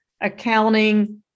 accounting